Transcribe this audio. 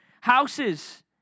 houses